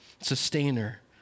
sustainer